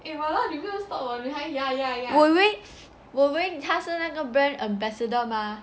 我以为我以为他是哪个 brand ambassador mah